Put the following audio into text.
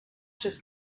just